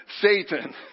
Satan